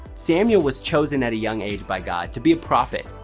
samuel was chosen at a young age by god to be a prophet,